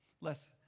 less